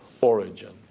origin